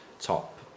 top